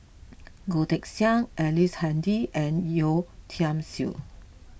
Goh Teck Sian Ellice Handy and Yeo Tiam Siew